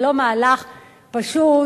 זה לא מהלך פשוט,